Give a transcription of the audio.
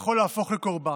יכול להפוך לקורבן.